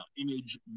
image